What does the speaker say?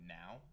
now